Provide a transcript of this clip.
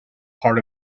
part